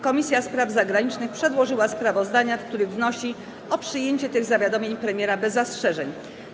Komisja Spraw Zagranicznych przedłożyła sprawozdania, w których wnosi o przyjęcie tych zawiadomień premiera bez zastrzeżeń.